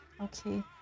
okay